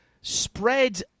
spread